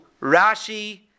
Rashi